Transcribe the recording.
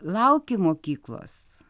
lauki mokyklos